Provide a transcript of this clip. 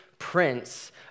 prince